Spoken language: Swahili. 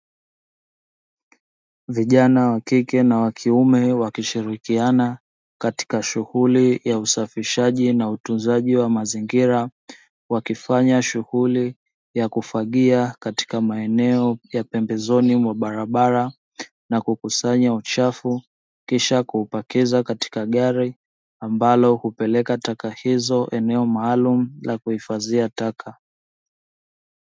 Vijana wa kike na wa kiume wakishirikiana katika shughuli ya usafishaji na utunzaji wa mazingira, wakifanya shughuli ya kufagia katika maeneo ya pembezoni mwa barabara na kukusanya uchafu, kisha kupakiza katika gari ambalo hupeleka takataka hizo eneo maalumu la kuhifadhi taka.